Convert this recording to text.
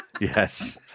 Yes